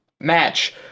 match